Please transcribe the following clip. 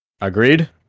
agreed